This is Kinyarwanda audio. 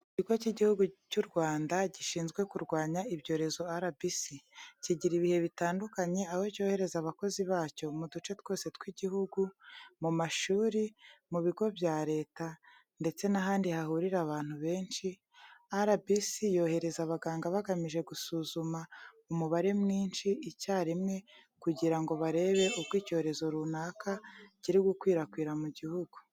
Ikigo cy'igihugu cyu Rwanda gishinzwe kurwanya ibyorezo RBC, kigira ibihe bitandukanye aho cyohereza abakozi bacyo muduce twose tw'igihugu, mu mashuri, mu bigo bya leta, ndetse nahandi hahurira abantu abantu benshi, RBC yoherezayo abaganga bagamije gusuzuma umubare mwinshi icyarimwe kugira ngo barebe uko icyorezo runaka kiri gukwirakwira mu gihugu.